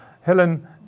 Helen